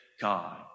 God